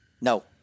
no